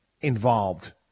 involved